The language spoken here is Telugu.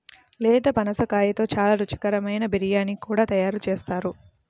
లేత పనసకాయతో చాలా రుచికరమైన బిర్యానీ కూడా తయారు చేస్తున్నారు